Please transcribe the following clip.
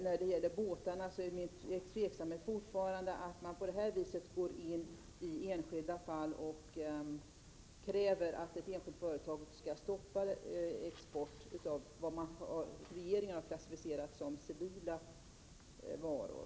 När det gäller båtarna känner jag fortfarande tveksamhet över att man på det här sättet går in i enskilda fall och kräver att ett enskilt företag skall stoppa export av vad regeringen har klassificerat som civila varor.